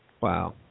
Wow